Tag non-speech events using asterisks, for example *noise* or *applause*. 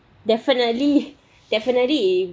definitely *laughs* definitely